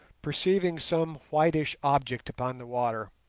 perceiving some whitish object upon the water,